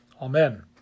Amen